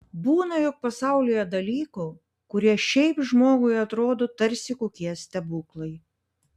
būna juk pasaulyje dalykų kurie šiaip žmogui atrodo tarsi kokie stebuklai